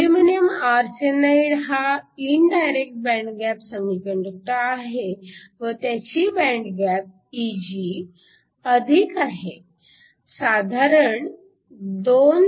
aluminium arsenide हा indirect band gap semiconductor आहे व त्याची बँड गॅप Eg अधिक आहे साधारण 2